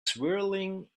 swirling